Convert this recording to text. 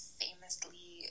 famously